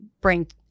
bring